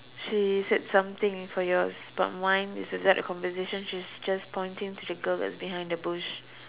she said something for yours but mine is without the conversation she's just pointing to the girl that's behind the bush